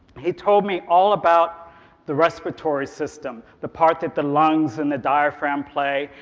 he told me all about the respiratory system, the part that the lungs and the diaphragm play,